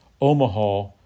Omaha